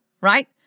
right